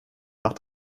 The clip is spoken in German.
macht